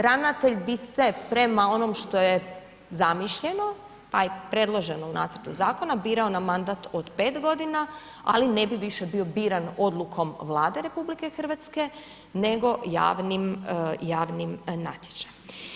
Ravnatelj bi se prema onom što je zamišljeno pa i predloženo u nacrtu zakona birao na mandat od 5 godina ali ne bi više bio biran odlukom Vlade RH nego javnim natječajem.